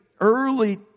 early